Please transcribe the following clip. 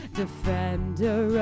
defender